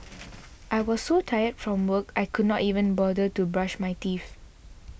I was so tired from work I could not even bother to brush my teeth